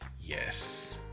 yes